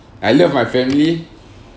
I love my family